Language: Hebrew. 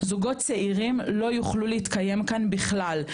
זוגות צעירים לא יוכלו להתקיים כאן בכלל,